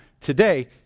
today